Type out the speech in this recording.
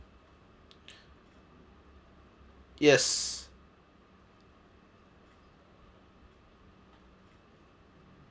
yes